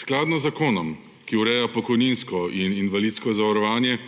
Skladno z zakonom, ki ureja pokojninsko in invalidsko zavarovanje